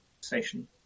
station